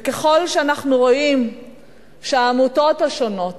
וככל שאנחנו רואים שהעמותות השונות